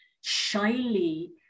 shyly